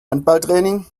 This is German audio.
handballtraining